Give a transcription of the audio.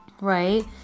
right